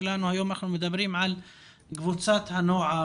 שלנו היום אנחנו מדברים על קבוצת הנוער,